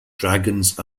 dragons